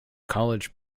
college